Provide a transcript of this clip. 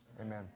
Amen